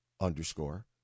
underscore